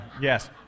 Yes